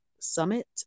summit